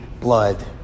blood